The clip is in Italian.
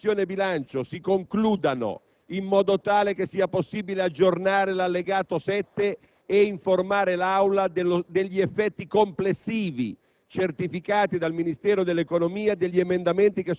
la regola che vuole che i lavori della Commissione bilancio si concludano in modo tale che sia possibile aggiornare l'allegato 7 e informare l'Aula degli effetti complessivi,